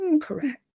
Correct